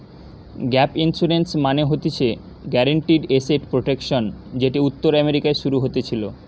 gap insurance মানে হতিছে guaranteed asset protection যেটি উত্তর আমেরিকায় শুরু হতেছিলো